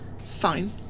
Fine